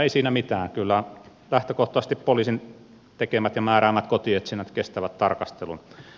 ei siinä mitään kyllä lähtökohtaisesti poliisin tekemät ja määräämät kotietsinnät kestävät tarkastelun